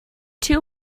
two